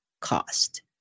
cost